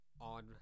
on